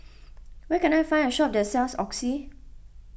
where can I find a shop that sells Oxy